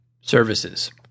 services